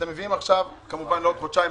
אתם מביאים עכשיו אורכה לעוד חודשיים,